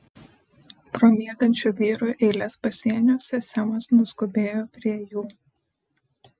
pro miegančių vyrų eiles pasieniuose semas nuskubėjo prie jų